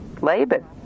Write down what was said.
Laban